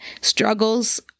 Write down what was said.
struggles